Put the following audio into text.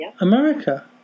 America